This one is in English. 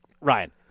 Ryan